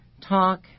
talk